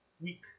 week